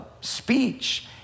speech